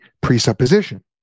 presupposition